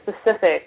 specific